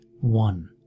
one